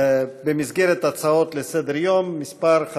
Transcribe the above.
הצעות לסדר-היום מס'